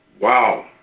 Wow